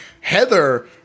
Heather